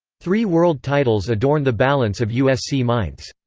three world titles adorn the balance of usc mainz.